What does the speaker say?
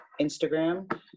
Instagram